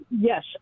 Yes